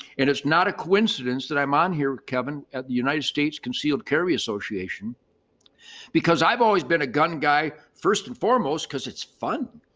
and it's not a coincidence that i'm on here kevin at the united states concealed carry association because i've always been a gun guy first and foremost because it's fun.